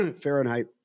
Fahrenheit